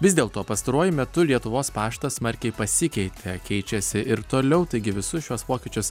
vis dėl to pastaruoju metu lietuvos paštas smarkiai pasikeitė keičiasi ir toliau taigi visus šiuos pokyčius